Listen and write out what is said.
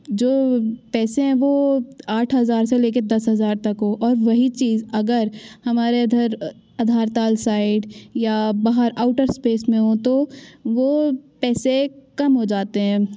जो पैसे हैं वो आठ हजार से लेके दस हजार तक हो और वही चीज अगर हमारे आधारताल साइड या बाहर आउटर स्पेस में हो तो वो पैसे कम हो जाते हैं